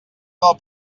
del